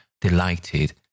delighted